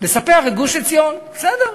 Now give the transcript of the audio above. לספח את גוש-עציון, בסדר.